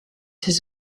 his